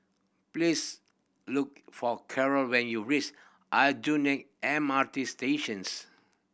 please look for Carol when you race Aljunied M R T Stations